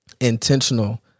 intentional